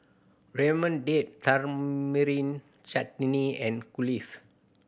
Ramyeon Date Tamarind Chutney and Kulfi